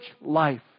life